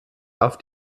auf